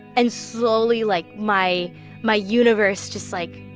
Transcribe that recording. and slowly, like, my my universe just, like,